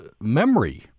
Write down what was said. memory